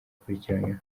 akurikiranyweho